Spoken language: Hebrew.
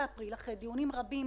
הקרן הזאת היא סיוע לחודש.